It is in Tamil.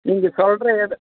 நீங்கள் சொல்கிற இட